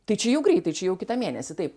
tai čia jau greitai čia jau kitą mėnesį taip